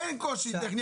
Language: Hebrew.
אין קושי טכני.